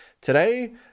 today